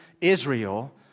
Israel